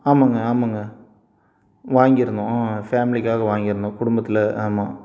ஆமாங்க ஆமாங்க வாங்கியிருந்தோம் ஃபேமிலிக்காக வாங்கியிருந்தோம் குடும்பத்தில் ஆமாம்